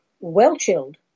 well-chilled